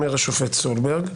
אומר השופט סולברג,